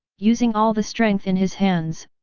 using all the strength in his hands,